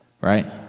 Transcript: Right